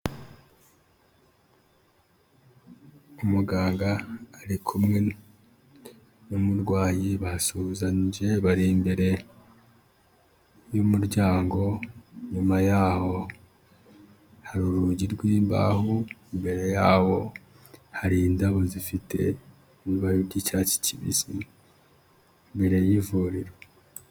Umuganga ari kumwe n'umurwayi basuhuzanyije bari imbere y'umuryango, inyuma yaho hari urugi rw'imbaho, imbere yabo hari indabo zifite ibara ry'icyatsi kibisi imbere y'ivuriro.